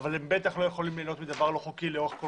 אבל הם בטח לא יכולים ליהנות מדבר לא חוקי כל חייהם.